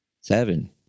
Seven